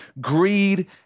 greed